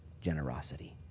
generosity